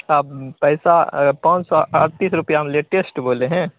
आप पैसा पाँच सौ अड़तीस रुपये हम लेटेस्ट बोले हैं